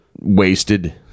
wasted